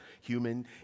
human